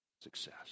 success